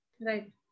Right